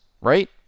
right